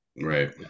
Right